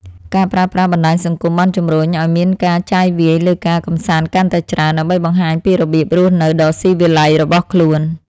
ការប្រើប្រាស់បណ្ដាញសង្គមបានជំរុញឱ្យមានការចាយវាយលើការកម្សាន្តកាន់តែច្រើន ដើម្បីបង្ហាញពីរបៀបរស់នៅដ៏ស៊ីវិល័យរបស់ខ្លួន។